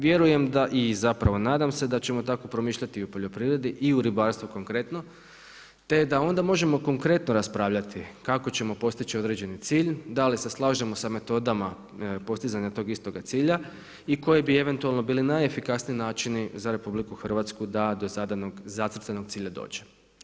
Vjerujem da i zapravo i nadam se da ćemo tako promišljati i u poljoprivredi i u ribarstvu konkretno, te da onda možemo konkretno raspravljati kako ćemo postići određeni cilj, da li se slažemo sa metodama postizanja tog istoga cilja i koji bi eventualno bili najefikasniji načini za RH da do zadanog zacrtanog cilja dođe.